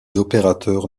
opérateurs